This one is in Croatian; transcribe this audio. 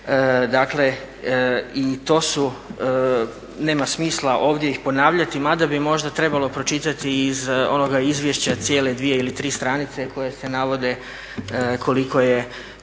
Kerestincu. I nema smisla ovdje ih ponavljati, mada bi možda trebalo pročitati iz onoga izvješće cijele dvije ili tri stranice koje se navode koliko je